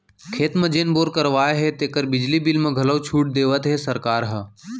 खेत म जेन बोर करवाए हे तेकर बिजली बिल म घलौ छूट देवत हे सरकार ह